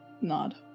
nod